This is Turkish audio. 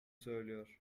söylüyor